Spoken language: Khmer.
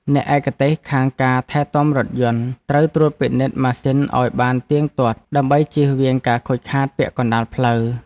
អ្នកឯកទេសខាងការថែទាំរថយន្តត្រូវត្រួតពិនិត្យម៉ាស៊ីនឱ្យបានទៀងទាត់ ដើម្បីជៀសវាងការខូចខាតពាក់កណ្តាលផ្លូវ។